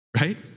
right